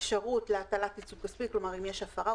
אפשרות להטלת עיצום כספי, כלומר אם יש הפרה.